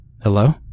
Hello